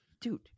Dude